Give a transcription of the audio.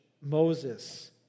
Moses